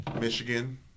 Michigan